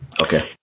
Okay